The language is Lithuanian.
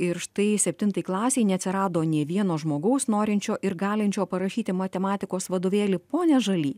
ir štai septintai klasei neatsirado nė vieno žmogaus norinčio ir galinčio parašyti matematikos vadovėlį pone žaly